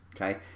Okay